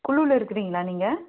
குழுல இருக்கிறீங்களா நீங்கள்